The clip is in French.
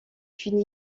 une